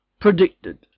Predicted